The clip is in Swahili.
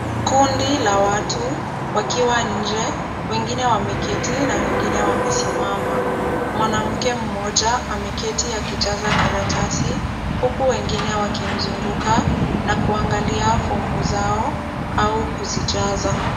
Kundi la watu wakiwa nje wengine wameketi na wengine wamesimama. Mwanamke mmoja ameketi akijaza karatasi huku wengine wakimzunguka na kuangalia fomu zao au kuzijaza.